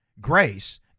grace